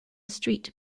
street